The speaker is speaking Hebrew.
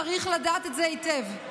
צריך לדעת את זה היטב,